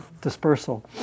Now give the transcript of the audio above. dispersal